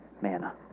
manna